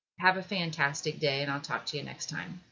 have a fantastic day and i'll talk to you next time